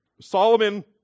Solomon